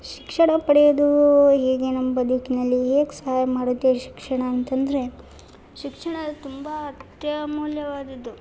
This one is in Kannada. ಶಿಕ್ಷಣ ಪಡೆಯೋದು ಹೇಗೆ ನಮ್ಮ ಬದುಕಿನಲ್ಲಿ ಹೇಗೆ ಸಹಾಯ ಮಾಡುತ್ತೆ ಶಿಕ್ಷಣ ಅಂತಂದರೆ ಶಿಕ್ಷಣ ತುಂಬ ಅತ್ಯಮೂಲ್ಯವಾದದ್ದು